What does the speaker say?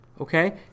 okay